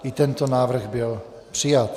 I tento návrh byl přijat.